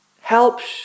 Helps